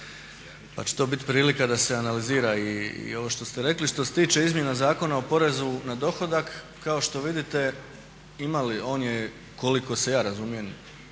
Pa će to biti prilika da se analizira i ovo što ste rekli. Što se tiče Izmjena Zakona o porezu na dohodak, kao što vidite, on je, koliko se ja razumijem